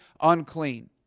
unclean